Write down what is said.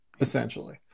essentially